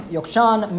Yokshan